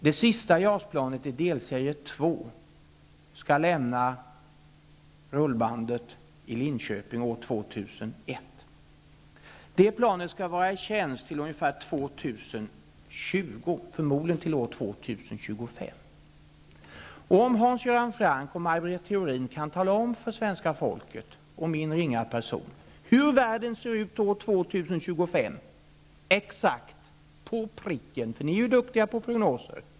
Det sista JAS-planet i delserie 2 skall lämna rullbandet i Linköping år 2001. Det planet skall vara i tjänst till ungefär år 2020, förmodligen till år Theorin kan tala om för svenska folket och min ringa person hur världen ser ut år 2025 exakt på pricken, böjer jag mig. Ni är ju duktiga på prognoser.